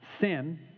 sin